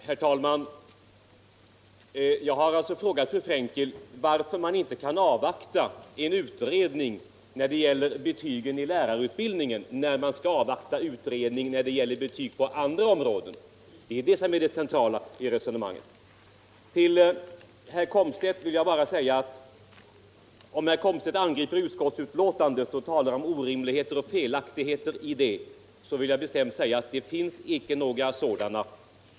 Herr talman! Jag har frågat fru Frenkel varför man inte kan avvakta en utredning när det gäller betygen i lärarutbildningen samtidigt som man skall avvakta utredning beträffande betyg på andra områden. Det är det centrala i mitt resonemang. När herr Komstedt talar om orimligheter och felaktigheter i utskottsbetänkandet vill jag bestämt bestrida att det föreligger några sådana.